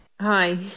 Hi